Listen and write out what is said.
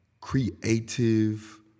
creative